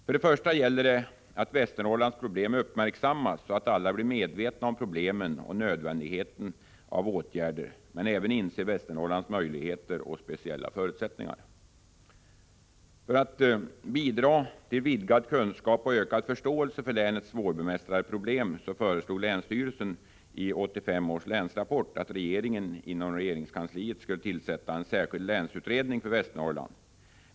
Först och främst gäller det att Västernorrlands problem uppmärksammas, så att alla blir medvetna om problemen och nödvändigheten av åtgärder men även inser Västernorrlands möjligheter och speciella förutsättningar. För att bidra till vidgad kunskap och ökad förståelse för länets svårbemästrade problem föreslog länsstyrelsen i 1985 års länsrapport att regeringen inom regeringskansliet skulle tillsätta en särskild länsutredning för Västernorrland.